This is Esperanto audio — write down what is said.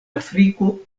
afriko